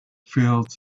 fields